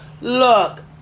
Look